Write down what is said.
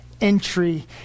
entry